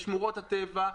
לשמורות הטבע.